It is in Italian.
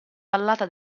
vallata